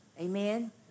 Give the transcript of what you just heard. Amen